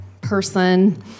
person